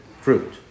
fruit